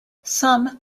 some